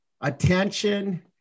attention